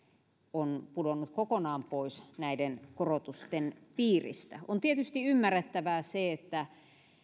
on pudonnut kokonaan pois näiden korotusten piiristä on tietysti ymmärrettävää se että